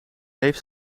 heeft